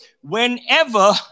Whenever